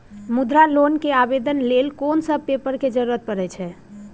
मुद्रा लोन के आवेदन लेल कोन सब पेपर के जरूरत परै छै?